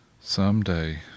Someday